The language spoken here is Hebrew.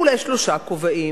אולי שלושה כובעים,